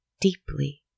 deeply